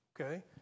okay